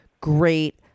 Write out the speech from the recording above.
Great